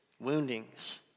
woundings